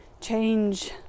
change